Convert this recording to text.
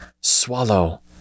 Swallow